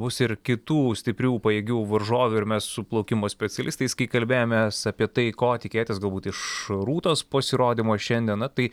bus ir kitų stiprių pajėgių varžovių ir mes su plaukimo specialistais kai kalbėjomės apie tai ko tikėtis galbūt iš rūtos pasirodymo šiandien na tai